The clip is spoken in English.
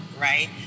right